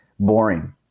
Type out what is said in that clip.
Boring